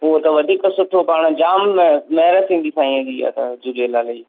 उहो त वधीक सुठो पाण जाम महर थींदी साईंअ जी इहा त झूलेलाल जी